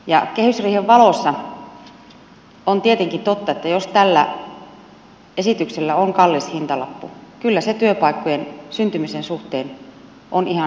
kehysriihen valossa on tietenkin totta että jos tällä esityksellä on kallis hintalappu kyllä se työpaikkojen syntymisen suhteen on ihan selvä uhka